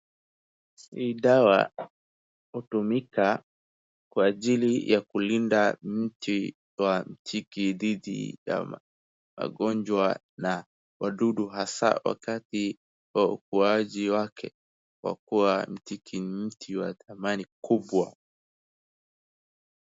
Hii dawa hutumika kwa ajili ya kulinda mti wa mtiki dhidi ya magonjwa na wadudu hasa wakati wa ukuaji wake. Kwa kuwa mtiki mti wa thamani kubwa.